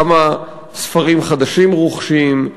כמה ספרים חדשים רוכשים,